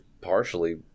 partially